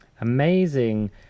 Amazing